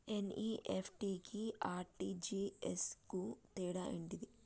NEFT కి RTGS కు తేడా ఏంటిది?